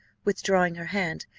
withdrawing her hand,